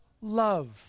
love